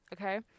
okay